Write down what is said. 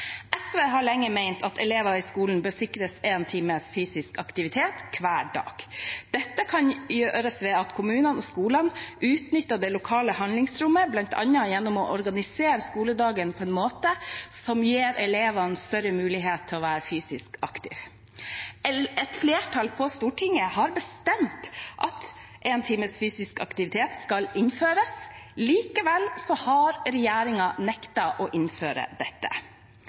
SV har lenge ment at elever i skolen bør sikres én time fysisk aktivitet hver dag. Dette kan gjøres ved at kommunene og skolene utnytter det lokale handlingsrommet, bl.a. gjennom å organisere skoledagen på en måte som gir elevene større mulighet til å være fysisk aktive. Et flertall på Stortinget har bestemt at én time fysisk aktivitet skal innføres. Likevel har regjeringen nektet å innføre dette.